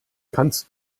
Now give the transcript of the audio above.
kannst